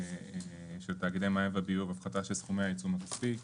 של תאגידי מים וביוב והפחתה של סכומי העיצום הכספי,